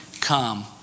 come